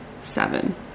seven